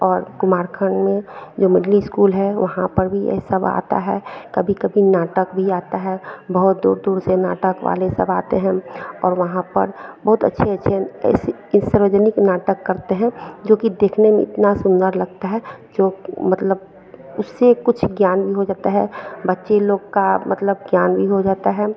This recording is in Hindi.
और कुमारखंड में जो मिडिल इस्कूल है वहाँ पर भी ये सब आता है कभी कभी नाटक भी आता है बहुत दूर दूर से नाटक वाले सब आते हैं और वहाँ पर बहुत अच्छे अच्छे एस ई सार्वजनिक नाटक करते हैं जोकि देखने में इतना सुन्दर लगता है जो मतलब उससे कुछ ज्ञान हो सकता है बच्चे लोग का मतलब ज्ञान भी हो जाता है